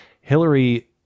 hillary